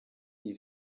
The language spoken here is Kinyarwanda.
iyi